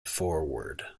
forward